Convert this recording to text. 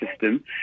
system